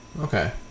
Okay